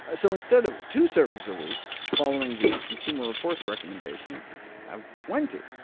ah so instead of two servings a week following the consumer reports' recommendation, you could have twenty.